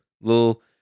little